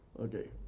Okay